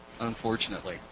unfortunately